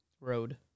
Road